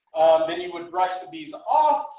then you would brush the bees off,